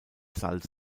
salz